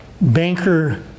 banker